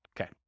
Okay